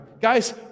Guys